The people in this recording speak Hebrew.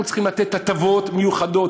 אנחנו צריכים לתת הטבות מיוחדות.